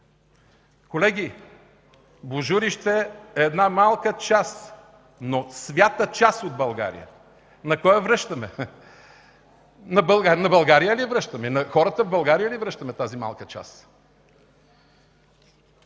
Колеги, Божурище е една малка част, но свята част от България. На кой я връщаме? На България ли я връщаме? На хората в България ли връщаме тази малка част?